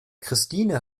christine